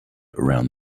around